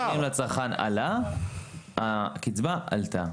מדד המחירים לצרכן עלה, הקצבה עלתה.